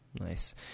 Nice